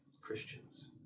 Christians